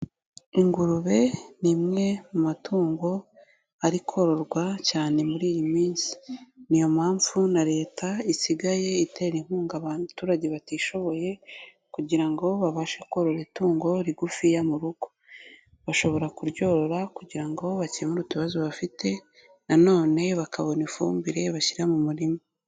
Ingurube ni imwe mu matungo ari kororwa cyane muri iyi minsi, ni iyo mpamvu na Leta isigaye itera inkunga abaturage batishoboye kugira ngo babashe korora itungo rigufiya mu rugo. Bashobora kuryorora kugira ngo bakemure utubazo bafite nanone bakabona ifumbire bashyira mu murima.